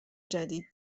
جدید